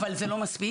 אבל זה לא מספיק.